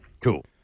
Cool